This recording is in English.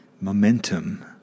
momentum